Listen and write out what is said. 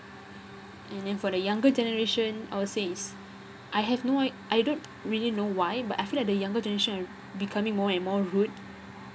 and then for the younger generation I would say is I have no I don't really know why but I feel like the younger generation are becoming more and more rude